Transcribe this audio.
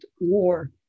war